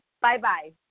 Bye-bye